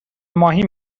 ماهی